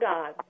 God